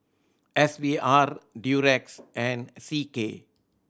S V R Durex and C K